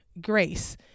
grace